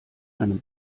einem